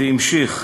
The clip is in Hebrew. והמשיך: